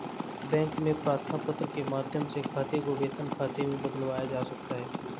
bank में प्रार्थना पत्र के माध्यम से खाते को वेतन खाते में बदलवाया जा सकता है